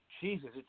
Jesus